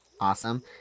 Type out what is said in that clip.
awesome